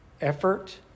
Effort